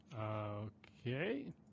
Okay